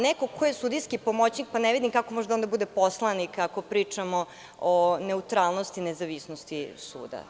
Neko ko je sudijski pomoćnik ne vidim kako može da bude poslanik ako pričamo o neutralnosti i nezavisnosti suda.